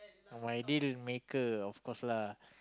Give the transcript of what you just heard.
oh my deal maker of course lah